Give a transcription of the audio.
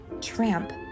Tramp